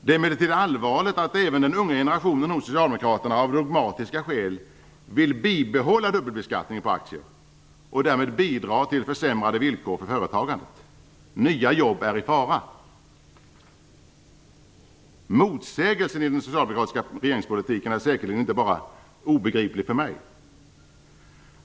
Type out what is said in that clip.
Det är emellertid allvarligt att även den unga generationen hos Socialdemokraterna av dogmatiska skäl vill bibehålla dubbelbeskattningen på aktier och därmed bidra till försämrade villkor för företagandet. Nya jobb är i fara. Motsägelsen i den socialdemokratiska regeringspolitiken är säkerligen inte obegriplig bara för mig.